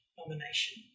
nomination